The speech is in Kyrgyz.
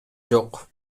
жок